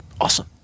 awesome